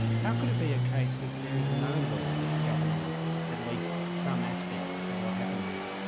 how could it be a case that there is no law governing at least some aspects of what happened there?